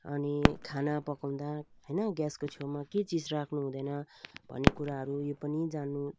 अनि खाना पकाउँदा हैन ग्यासको छेउमा के चिज राख्नु हुँदैन भन्ने कुराहरू यो पनि जान्नु